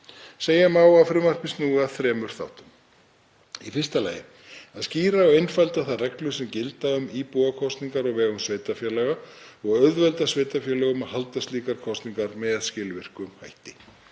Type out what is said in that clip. Segja má að frumvarpið snúi að þremur þáttum: Í fyrsta lagi að skýra og einfalda þær reglur sem gilda um íbúakosningar á vegum sveitarfélaga og auðvelda sveitarfélögum að halda slíkar kosningar með skilvirkum hætti.